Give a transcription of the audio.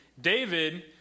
David